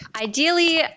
Ideally